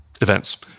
events